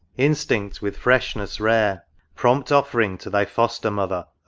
instinct with freshness rare prompt offering to thy foster-mother,